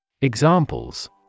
Examples